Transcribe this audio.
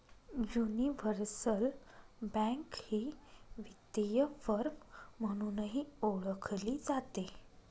universal bank ही वित्तीय firm म्हणूनही ओळखली जाते